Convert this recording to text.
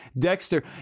Dexter